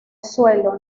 suelo